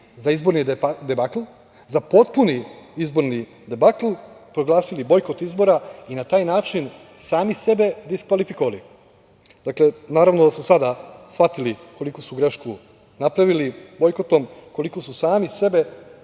za izborni debakl, za potpuni izborni debakl, proglasili bojkot izbora i na taj način sami sebe diskvalifikovali. Naravno, da su sada shvatili koliku su grešku napravili bojkotom, koliko su sami sebe